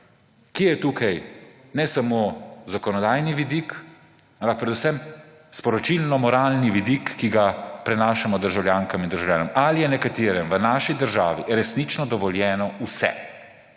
kje je tukaj ne samo zakonodajni vidik, ampak predvsem sporočilno-moralni vidik, ki ga prenašamo državljankam in državljanom? Ali je nekaterim v naši državi resnično dovoljeno vse?